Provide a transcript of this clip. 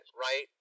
right